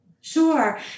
Sure